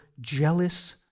jealous